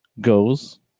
goes